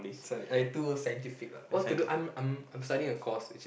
like too scientific lah what to do I'm I'm studying a course which